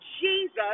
Jesus